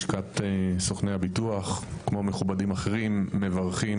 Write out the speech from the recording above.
לשכת סוכני הביטוח כמו מכובדים אחרים מברכים